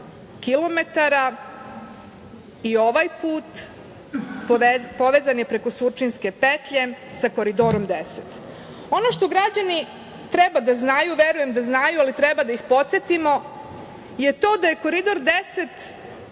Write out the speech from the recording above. km i ovaj put povezan je preko Surčinske petlje sa Koridorom 10.Ono što građani treba da znaju, verujem da znaju, ali treba da ih podsetimo, je to da je Koridor 10